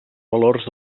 valors